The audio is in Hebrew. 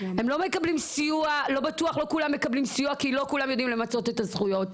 הם לא מקבלים סיוע כי לא כולם יודעים למצות את הזכויות.